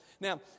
Now